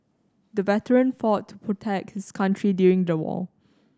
the veteran fought protect his country during the war